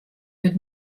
wird